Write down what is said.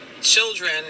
children